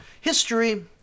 History